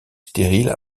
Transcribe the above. stériles